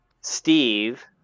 Steve